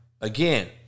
Again